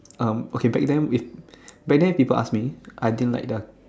um okay back then back then people ask me I didn't like the